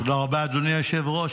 תודה רבה, אדוני היושב-ראש.